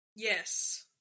Yes